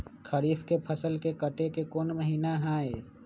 खरीफ के फसल के कटे के कोंन महिना हई?